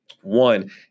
one